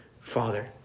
father